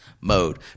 mode